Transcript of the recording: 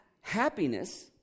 happiness